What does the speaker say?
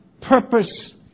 purpose